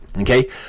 Okay